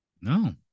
no